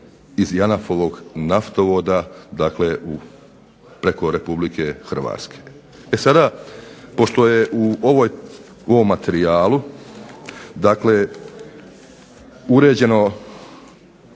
iz JANAF-ovog naftovoda, dakle preko Republike Hrvatske. E sada, pošto je u ovom materijalu dakle